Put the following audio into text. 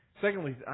Secondly